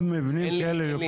אני אמשיך.